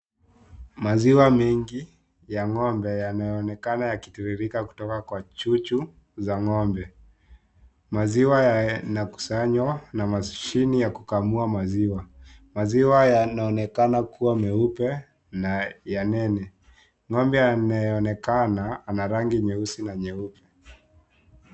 Maziwa mingi ya ng'ombe yameonekana yakitiririka kutoka kwa chuchu za ng'ombe. Maziwa yanakusanywa na mashine ya kukamua maziwa. Maziwa yanaonekana kuwa meupe na ya nene. Ng'ombe anaonekana ana rangi nyeusi na nyeupe.